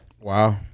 Wow